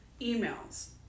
emails